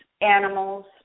animals